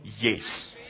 yes